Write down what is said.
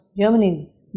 Germany's